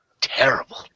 Terrible